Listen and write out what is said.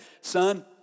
son